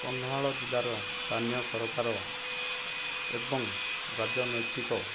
କନ୍ଧମାଳ ଜିଲ୍ଲାର ସ୍ଥାନୀୟ ସରକାର ଏବଂ ରାଜନୈତିକ